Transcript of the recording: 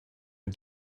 mit